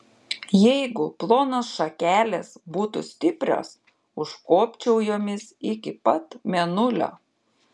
jeigu plonos šakelės būtų stiprios užkopčiau jomis iki pat mėnulio